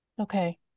Okay